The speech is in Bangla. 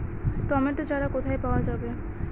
টমেটো চারা কোথায় পাওয়া যাবে?